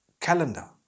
calendar